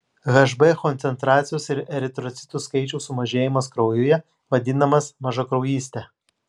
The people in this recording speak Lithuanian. hb koncentracijos ir eritrocitų skaičiaus sumažėjimas kraujuje vadinamas mažakraujyste